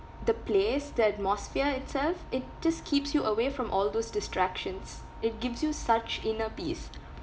the place the atmosphere itself it just keeps you away from all those distractions it gives you such inner peace